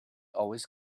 always